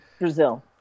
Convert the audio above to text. Brazil